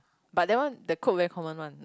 but that one the code very common one like